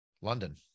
London